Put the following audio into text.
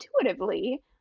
intuitively